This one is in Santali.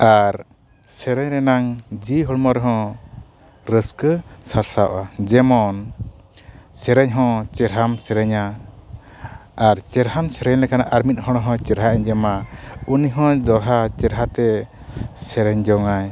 ᱟᱨ ᱥᱮᱨᱮᱧ ᱨᱮᱱᱟᱜ ᱡᱤᱣᱤ ᱦᱚᱲᱢᱚ ᱦᱚᱸ ᱨᱟᱹᱥᱠᱟᱹ ᱥᱟᱨᱥᱟᱜᱼᱟ ᱡᱮᱢᱚᱱ ᱥᱮᱨᱮᱧ ᱦᱚᱸ ᱪᱮᱨᱦᱟᱢ ᱥᱮᱨᱮᱧᱟ ᱟᱨ ᱪᱮᱨᱦᱟᱢ ᱥᱮᱨᱮᱧ ᱞᱮᱠᱷᱟᱱ ᱟᱨ ᱢᱤᱫ ᱦᱚᱲ ᱟᱨ ᱢᱤᱫ ᱦᱚᱲ ᱦᱚᱸ ᱪᱮᱨᱦᱟᱭ ᱟᱸᱡᱚᱢᱟ ᱩᱱᱤ ᱦᱚᱸ ᱫᱚᱲᱦᱟ ᱪᱮᱨᱦᱟ ᱛᱮᱭ ᱥᱮᱨᱮᱧ ᱡᱚᱝ ᱟᱭ